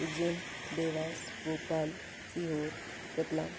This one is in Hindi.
उज्जैन देवास भोपाल सिहोर रतलाम